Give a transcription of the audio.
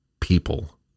people